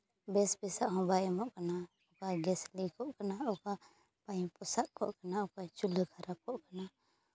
ᱵᱮᱥ ᱵᱮᱥᱟᱜ ᱦᱚᱸ ᱵᱟᱭ ᱮᱢᱚᱜ ᱠᱟᱱᱟ ᱟᱨ ᱜᱮᱥ ᱞᱤᱠᱚᱜ ᱠᱟᱱᱟ ᱚᱠᱟ ᱯᱟᱹᱭᱤᱯ ᱯᱚᱥᱟᱜᱚᱜ ᱠᱟᱱᱟ ᱚᱠᱚᱭᱟᱜ ᱪᱩᱞᱦᱟᱹ ᱠᱷᱟᱨᱟᱯᱚᱜ ᱠᱟᱱᱟ